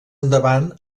endavant